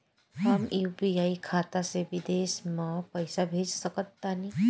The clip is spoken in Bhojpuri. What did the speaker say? हम यू.पी.आई खाता से विदेश म पइसा भेज सक तानि?